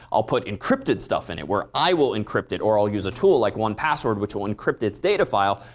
i'll put encrypted stuff in it where i will encrypt it or i'll use a tool like one password which will encrypt its data file,